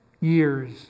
years